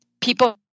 people